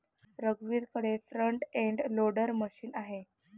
रघुवीरकडे front end loader machine आहे